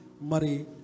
Mari